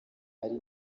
ari